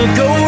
go